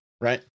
right